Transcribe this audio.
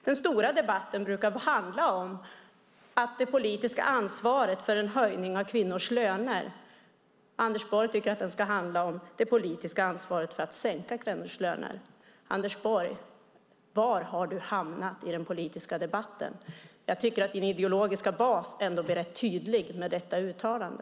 Den stora debatten brukar handla om det politiska ansvaret för en höjning av kvinnors löner. Anders Borg tycker att den ska handla om det politiska ansvaret för att sänka kvinnors löner. Anders Borg! Var har du hamnat i den politiska debatten? Jag tycker att din ideologiska bas blir rätt tydlig med detta uttalande.